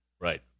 Right